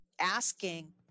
asking